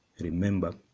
Remember